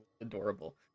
Adorable